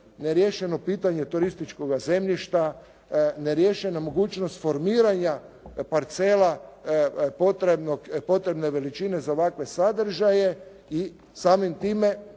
neriješeno pitanje turističkoga zemljišta, neriješena mogućnost formiranja parcela potrebne veličine za ovakve sadržaje i samim time